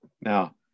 Now